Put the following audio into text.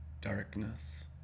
darkness